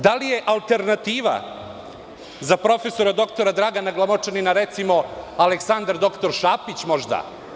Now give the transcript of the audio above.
Da li je alternativa za prof. dr Dragana Glamočanina recimo Aleksandar dr Šapić, možda?